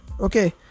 okay